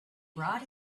brought